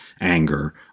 anger